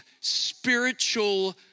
spiritual